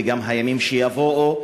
וגם הימים שיבואו,